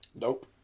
nope